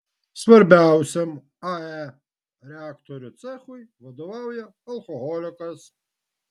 svarbiausiam ae reaktorių cechui vadovauja alkoholikas